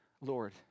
Lord